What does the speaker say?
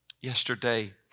Yesterday